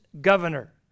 governor